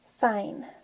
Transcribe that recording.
Fine